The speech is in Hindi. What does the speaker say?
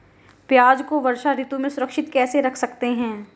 प्याज़ को वर्षा ऋतु में सुरक्षित कैसे रख सकते हैं?